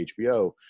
HBO